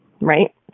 right